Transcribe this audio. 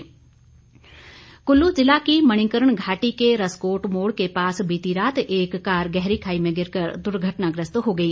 दुर्घटना कुल्लू ज़िला की मणिकर्ण घाटी के रसकोट मोड़ के पास बीती रात एक कार के गहरी खाई में गिरकर दुर्घटनाग्रस्त हो गई